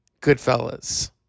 Goodfellas